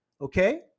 okay